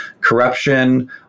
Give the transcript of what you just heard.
corruption